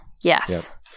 Yes